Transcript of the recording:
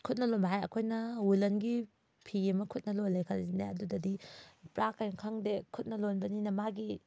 ꯈꯨꯠꯅ ꯂꯣꯟꯕ ꯍꯥꯏꯔ ꯑꯩꯈꯣꯏ ꯋꯨꯂꯟꯒꯤ ꯐꯤ ꯑꯃ ꯈꯨꯠꯅ ꯂꯣꯜꯂꯦ ꯈꯜꯂꯁꯤꯅꯦ ꯑꯗꯨꯗꯗꯤ ꯄꯨꯔꯥ ꯀꯩꯝ ꯈꯪꯗꯦ ꯈꯨꯠꯅ ꯂꯣꯟꯕꯅꯤꯅ ꯃꯥꯒꯤ